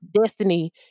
destiny